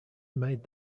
made